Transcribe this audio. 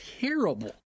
terrible